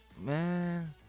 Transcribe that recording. Man